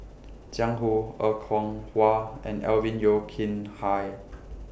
Jiang Hu Er Kwong Wah and Alvin Yeo Khirn Hai